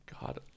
God